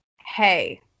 hey